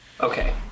Okay